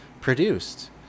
produced